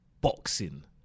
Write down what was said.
boxing